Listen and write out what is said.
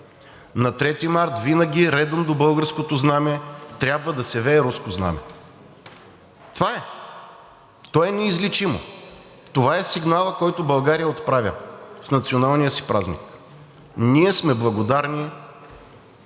На 3 март винаги редом до българското знаме трябва да се вее руско знаме! Това е! То е неизлечимо. Това е сигналът, който България отправя с националния си празник – ние сме благодарни